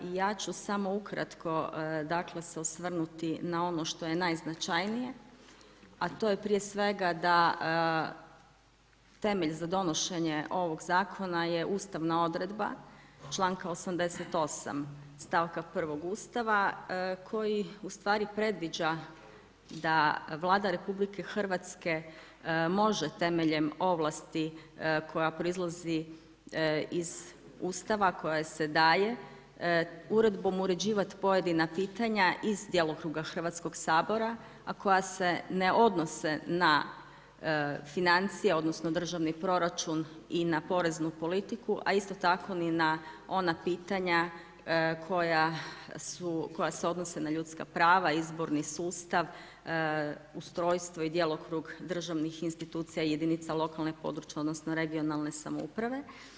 Ja ću samo ukratko dakle, se osvrnuti na ono što je najznačajnije, a to je prije svega, da temelj za donošenje ovog zakona je ustavna odredba, čl. 88. stavka 1. Ustava, koji ustvari predviđa da Vlada Republike Hrvatske može temeljem ovlasti koja proizlazi iz Ustava koja se daje uredbom uređivati pojedina pitanja iz djelokruga Hrvatskog sabora, a koja se ne odnose na financije, odnosno, državni proračun i na poreznu politiku, a isto tako ni na ona pitanja koja se odnose na ljudska prava, izborni sustav, ustrojstvo i djelokrug državnih institucija i jedinice lokalne područne, regionalne samouprave.